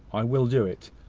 i will do it.